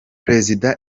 prezida